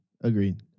Agreed